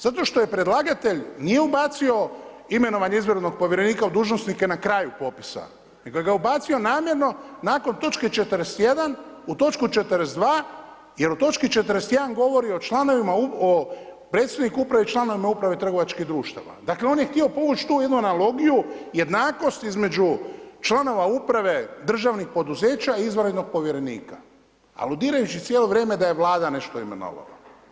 Zato što predlagatelj nije ubacio imenovanje izvanrednog povjerenika u dužnosnika na kraju popisa nego ga je ubacio namjerno nakon točke 41. u točku 42. jer u točki 41. govori o predsjedniku uprave i članovima uprave trgovačkih društava, dakle on je htio povući tu jednu analogiju jednakosti između članova uprave državnih poduzeća i izvanrednog povjerenika, aludirajući cijelo vrijeme da je Vlada nešto imenovala.